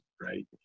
right